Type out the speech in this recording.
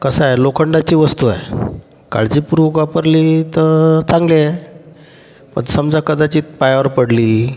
कसं आहे लोखंडाची वस्तू आहे काळजीपूर्वक वापरली तर चांगली आहे पण समजा कदाचित पायावर पडली